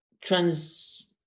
trans